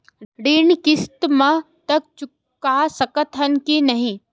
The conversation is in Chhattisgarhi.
ऋण किस्त मा तक चुका सकत हन कि नहीं?